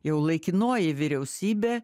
jau laikinoji vyriausybė